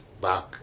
back